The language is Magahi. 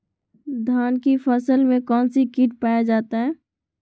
धान की फसल में कौन सी किट पाया जाता है?